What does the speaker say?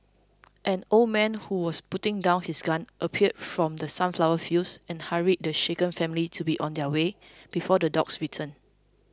an old man who was putting down his gun appeared from the sunflower fields and hurried the shaken family to be on their way before the dogs return